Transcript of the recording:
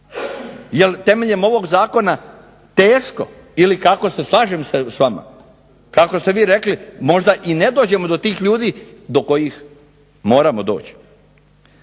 jer temeljem ovog zakona teško ili kako ste, slažem se s vama kako ste vi rekli možda i ne dođemo do tih ljudi do kojih moramo doći.